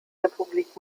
republik